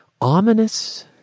ominous